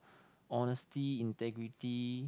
honesty integrity